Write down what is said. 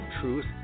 Truth